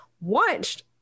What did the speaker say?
watched